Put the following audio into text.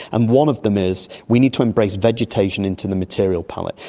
and one of them is we need to embrace vegetation into the material palate.